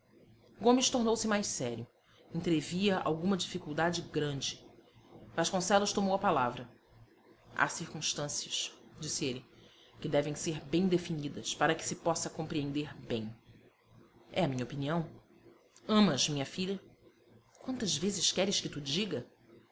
gomes tornou-se mais sério entrevia alguma dificuldade grande vasconcelos tomou a palavra há circunstâncias disse ele que devem ser bem definidas para que se possa compreender bem é a minha opinião amas minha filha quantas vezes queres que to diga